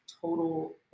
total